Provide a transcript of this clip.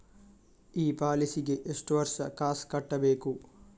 ಈ ಪಾಲಿಸಿಗೆ ಎಷ್ಟು ವರ್ಷ ಕಾಸ್ ಕಟ್ಟಬೇಕು?